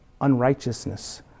unrighteousness